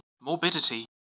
Morbidity